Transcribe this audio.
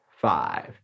five